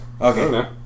Okay